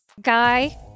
Guy